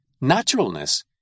naturalness